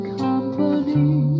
company